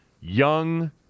young